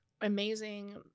amazing